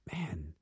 Man